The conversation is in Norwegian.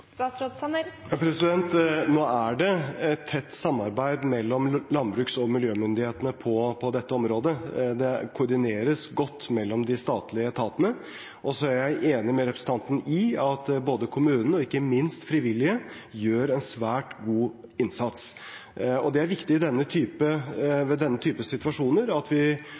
Nå er det et tett samarbeid mellom landbruks- og miljømyndighetene på dette området. Det koordineres godt mellom de statlige etatene. Jeg er enig med representanten i at både kommunen og ikke minst frivillige gjør en svært god innsats. Det er viktig i denne typen situasjoner at ressursene møter hverandre, og at det er et godt samspill også med de frivillige, som vi